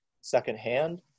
secondhand